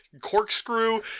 corkscrew